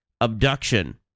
abduction